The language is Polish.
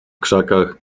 krzakach